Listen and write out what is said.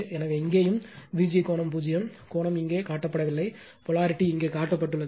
எனவே இங்கேயும் Vg கோணம் 0 கோணம் இங்கே காட்டப்படவில்லை போலாரிட்டி இங்கே காட்டப்பட்டுள்ளது